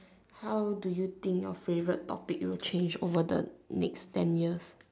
how do you think your favorite topic will change over the next ten years